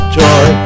joy